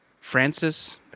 Francis